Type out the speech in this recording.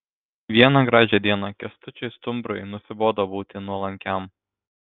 vieną gražią dieną kęstučiui stumbrui nusibodo būti nuolankiam